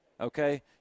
okay